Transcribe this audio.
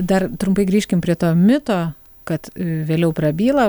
dar trumpai grįžkim prie to mito kad vėliau prabyla